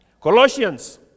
Colossians